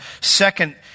second